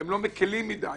לא מקילים מדי,